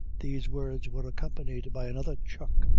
these words were accompanied by another chuck,